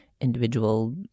individual